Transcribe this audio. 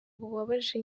bubabaje